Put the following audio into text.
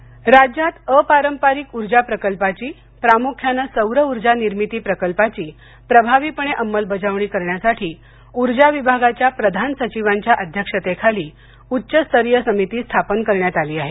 उर्जा समिती राज्यात अपारंपरिक ऊर्जा प्रकल्पाची प्रामुख्याने सौरऊर्जा निर्मिती प्रकल्पाची प्रभावीपणे अंमलबजावणी करण्यासाठी ऊर्जा विभागाच्या प्रधान सचिवांच्या अध्यक्षतेखाली उच्चस्तरीय समिती स्थापन करण्यात आली आहे